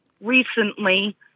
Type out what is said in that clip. Recently